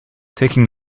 taking